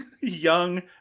young